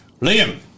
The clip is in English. Liam